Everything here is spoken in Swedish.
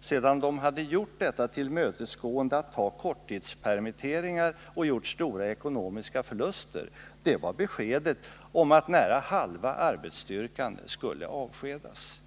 efter tillmötesgåendet att acceptera korttidspermitteringar med stora ekonomiska förluster fick var beskedet att nära halva arbetsstyrkan skulle avskedas.